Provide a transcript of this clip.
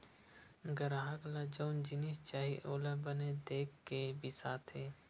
गराहक ल जउन जिनिस चाही ओला बने देख के बिसाथे